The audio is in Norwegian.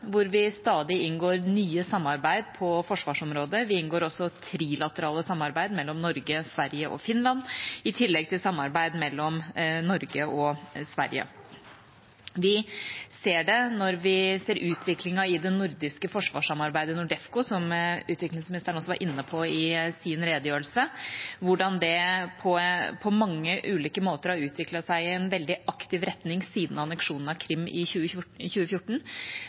hvor vi stadig inngår nye samarbeid på forsvarsområdet. Vi inngår også trilaterale samarbeid mellom Norge, Sverige og Finland, i tillegg til samarbeid mellom Norge og Sverige. Vi ser det når vi ser utviklingen i det nordiske forsvarssamarbeidet, NORDEFCO, som utviklingsministeren også var inne på i sin redegjørelse, og hvordan det på mange ulike måter har utviklet seg i en veldig aktiv retning siden anneksjonen av Krim i